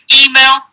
email